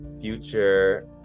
future